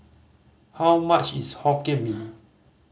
how much is Hokkien Mee